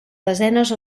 desenes